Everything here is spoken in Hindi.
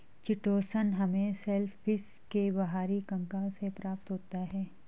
चिटोसन हमें शेलफिश के बाहरी कंकाल से प्राप्त होता है